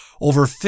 over